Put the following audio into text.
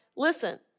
Listen